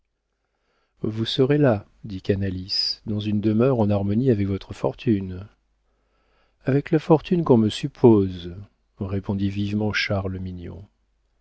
vous serez là dit canalis dans une demeure en harmonie avec votre fortune avec la fortune qu'on me suppose répondit vivement